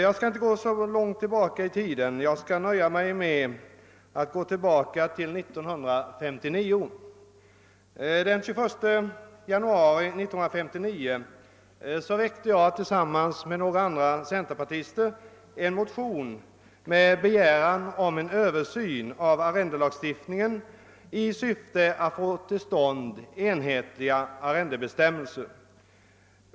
Jag skall inte gå så långt tillbaka i tiden; jag skall nöja mig med att gå tillbaka till 1959. Den 21 januari 1959 väckte jag tillsammans med några andra centerpartister er. motion med begäran om en översyn av arrendelagstiftningen i syfte att få till stånd enhetliga arrendebestämmelser.